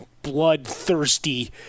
bloodthirsty